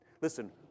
Listen